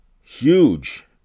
huge